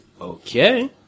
Okay